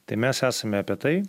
tai mes esame apie tai